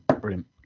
brilliant